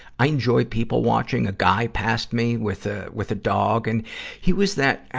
i enjoy people watching. a guy passed me with, ah, with a dog. and he was that, ah